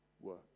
work